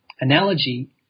analogy